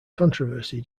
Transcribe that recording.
controversy